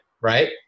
right